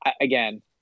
again